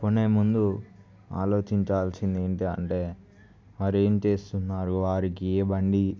కొనేముందు ఆలోచించాలసింది ఏంటి అంటే వారు ఏం చేస్తున్నారు వారికి ఏ బండి